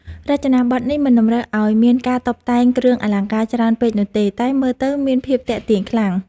រចនាប័ទ្មនេះមិនតម្រូវឱ្យមានការតុបតែងគ្រឿងអលង្ការច្រើនពេកនោះទេ តែមើលទៅមានភាពទាក់ទាញខ្លាំង។